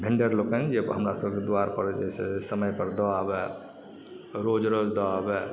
vendor लोकनि जे हमरा सभके दुआरिपर जे छै से समयपर दए आबै रोज रोज दऽ आबै